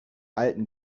alten